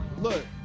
look